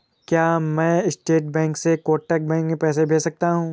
क्या मैं state bank से कोटक बैंक में पैसे भेज सकता हूँ?